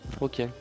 Ok